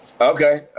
Okay